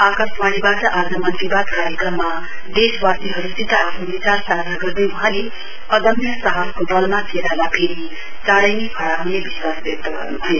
आकाशवाणीवाट आज मन की बात कार्यक्रममा देशवासीहरुसित आफ्नो विचार साझा गर्दै वहाँले अदम्य साहसको वलमा केराला फेरि चाँडै नै खड़ा ह्ने विश्वास व्यक्त गर्नुभयो